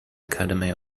academy